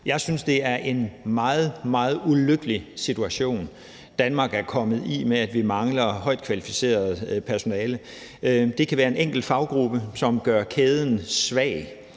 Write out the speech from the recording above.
Jeg synes, det er en meget, meget ulykkelig situation, Danmark er kommet i, at vi mangler højt kvalificeret personale. Det kan være en enkelt faggruppe, som gør kæden svag,